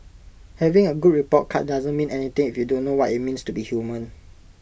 having A good report card doesn't mean anything if you don't know what IT means to be human